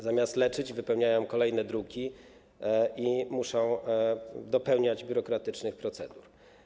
Zamiast leczyć wypełniają kolejne druki i muszą dopełniać biurokratycznych procedur.